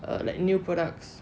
err like new products